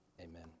amen